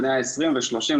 בני ה-20 ו-30,